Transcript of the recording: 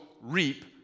reap